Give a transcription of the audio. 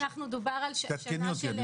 דובר על שנה של היערכות.